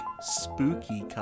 Spooky